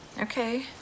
Okay